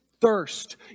Thirst